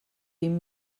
vint